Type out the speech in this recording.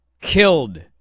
killed